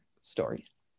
stories